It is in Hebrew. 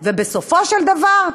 ובסופו של דבר,